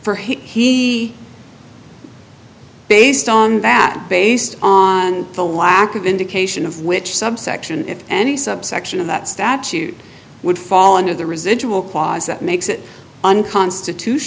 him he based on that based on the lack of indication of which subsection if any subsection of that statute would fall under the residual quads that makes it unconstitutional